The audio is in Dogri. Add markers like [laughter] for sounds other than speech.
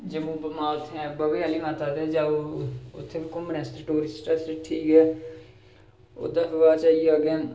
जम्मू [unintelligible] बाह्वे आह्ली माता दे जाओ उत्थें बी घूमनै टुरिस्ट आस्तै ठीक ऐ उद्धर बाद च आई गेआ अग्गें